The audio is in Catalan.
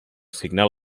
signar